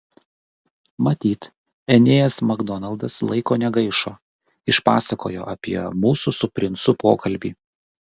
matyt enėjas makdonaldas laiko negaišo išpasakojo apie mūsų su princu pokalbį